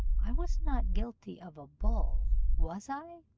i was not guilty of a bull, was i